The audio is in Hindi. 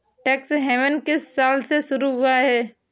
टैक्स हेवन किस साल में शुरू हुआ है?